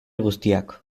guztiak